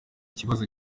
ikibazo